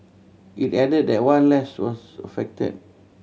it added that one lanes was affected